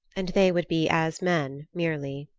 and they would be as men merely.